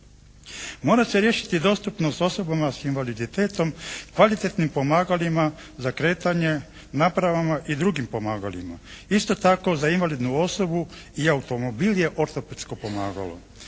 Mora se riješiti dostupnost osobama s invaliditetom, kvalitetnim pomagalima za kretanje, napravama i drugim pomagalima. Isto tako, za invalidnu osobu i automobil je ortopedsko pomagalo.